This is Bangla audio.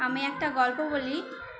আমি একটা গল্প বলি